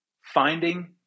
finding